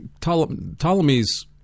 Ptolemy's